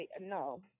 no